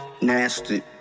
Nasty